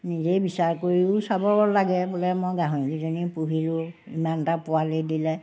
নিজেই বিচাৰ কৰিও চাব লাগে বোলে মই গাহৰিকেইজনী পুহিলোঁ ইমানটা পোৱালি দিলে